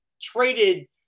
traded